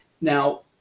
Now